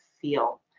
feel